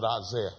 Isaiah